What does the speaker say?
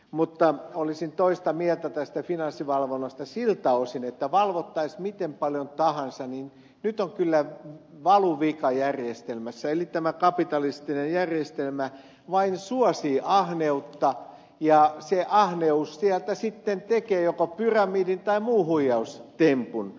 mutta olisin toista mieltä tästä finanssivalvonnasta siltä osin että valvottaisiinpa miten paljon tahansa niin nyt on kyllä valuvika järjestelmässä eli tämä kapitalistinen järjestelmä vain suosii ahneutta ja se ahneus sieltä sitten tekee joko pyramidi tai muun huijaustempun